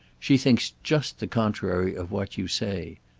she thinks just the contrary of what you say.